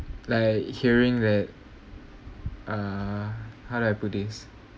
like hearing that uh how do I put this